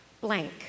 blank